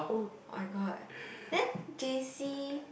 my god then J_C